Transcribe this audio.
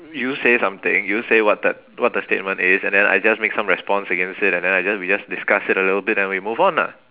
you say something you say what the what the statement is and then I just make some response against it and then I just we just discuss it a little bit then we move on ah